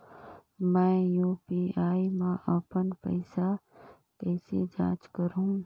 मैं यू.पी.आई मा अपन पइसा कइसे जांच करहु?